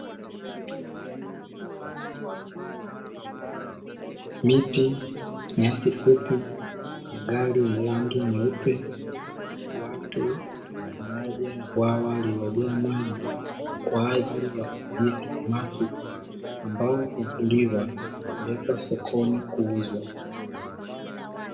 Miti, nyasi fupi, magari yenye rangi nyeupe, watu pamoja na bwawa lililojaa maji kwa ajili ya ufugaji samaki ambao huvuliwa kupelekwa sokoni kuuzwa.